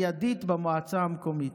ומיידית במועצה המקומית.